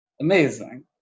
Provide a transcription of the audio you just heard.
Amazing